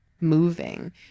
moving